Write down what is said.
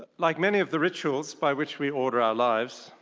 like many of the rituals by which we order our lives,